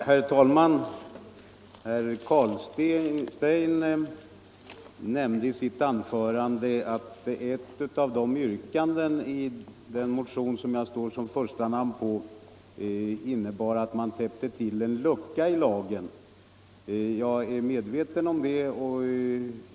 Herr talman! Herr Carlstein nämnde i sitt anförande att ett av yrkandena i den motion, som jag står som första namn på, innebar att man täppte till en lucka i lagen. Jag är medveten om det.